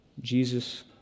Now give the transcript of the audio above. Jesus